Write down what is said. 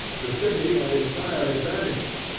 the city had entirely vanished.